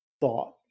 thought